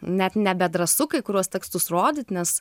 net nebedrąsu kai kuriuos tekstus rodyt nes